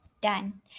done